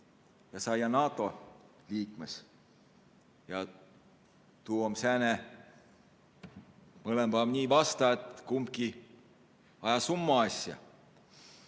ja saiaq NATO liikmõs. Ja tuu om sääne, mõlemba om nii vasta, et kumbki aja umma asja.